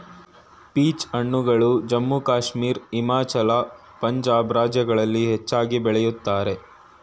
peach ಹಣ್ಣುಗಳು ಜಮ್ಮು ಕಾಶ್ಮೀರ, ಹಿಮಾಚಲ, ಪಂಜಾಬ್ ರಾಜ್ಯಗಳಲ್ಲಿ ಹೆಚ್ಚಾಗಿ ಬೆಳಿತರೆ